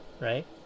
right